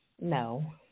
No